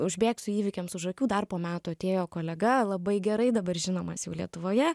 užbėgsiu įvykiams už akių dar po metų atėjo kolega labai gerai dabar žinomas jau lietuvoje